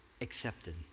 accepted